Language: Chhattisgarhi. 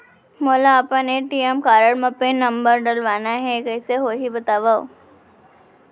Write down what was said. मोला अपन ए.टी.एम कारड म पिन नंबर डलवाना हे कइसे होही बतावव?